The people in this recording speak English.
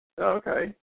Okay